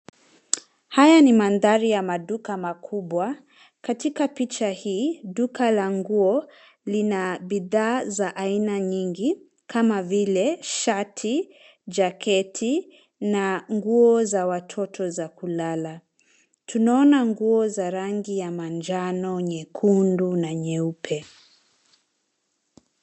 Haya ni mandhari ya maduka makubwa. Katika picha hii duka la nguo lina bidhaa za aina nyingi kama vile shati, jaketi na nguo za watoto za kulala. Tunaona nguo za rangi ya manjano, nyekundu na nyeupe.